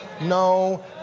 no